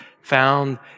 found